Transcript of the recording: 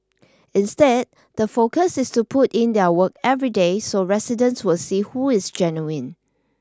instead the focus is to put in their work every day so residents will see who is genuine